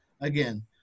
Again